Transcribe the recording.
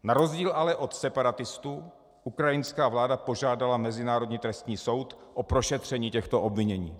Na rozdíl ale od separatistů ukrajinská vláda požádala Mezinárodní trestní soud o prošetření těchto obvinění.